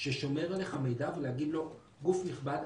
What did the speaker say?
ששומר עליך מידע ולהגיד לו: גוף נכבד,